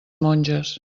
monges